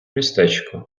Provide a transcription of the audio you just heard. містечко